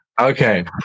Okay